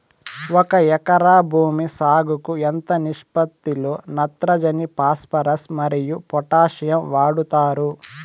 ఒక ఎకరా భూమి సాగుకు ఎంత నిష్పత్తి లో నత్రజని ఫాస్పరస్ మరియు పొటాషియం వాడుతారు